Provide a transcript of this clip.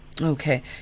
Okay